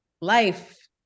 life